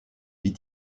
vit